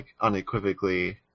unequivocally